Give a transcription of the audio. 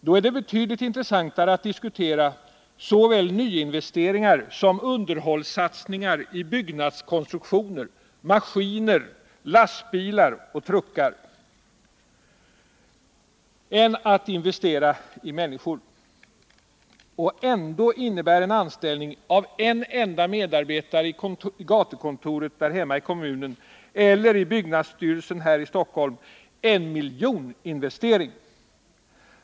Då är det betydligt 79 intressantare att diskutera såväl nyinvesteringar som underhållssatsningar i byggnadskonstruktioner, maskiner, lastbilar och truckar än investeringar i människor. Och ändå innebär en anställning av en enda medarbetare i gatukontoret där hemma i kommunen eller i byggnadsstyrelsen här i Stockholm en miljoninvestering.